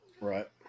Right